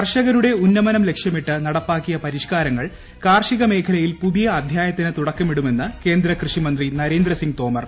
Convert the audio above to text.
കർഷകരുടെ ഉന്നമനം ലക്ഷ്യമിട്ട് നട്ടപ്പാക്കിയ പരിഷ്കാരങ്ങൾ കാർഷികമേഖലയിൽ പുതിയ അധ്യൂട്യത്തിന് തൂടക്കമിടുമെന്ന് കേന്ദ്ര കൃഷിമന്ത്രി നരേന്ദ്രസിംഗ് ്തോമർ